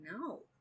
No